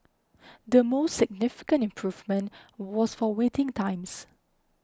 the most significant improvement was for waiting times